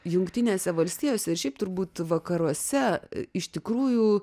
jungtinėse valstijose ir šiaip turbūt vakaruose iš tikrųjų